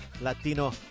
Latino